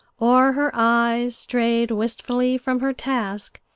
or her eyes strayed wistfully from her task,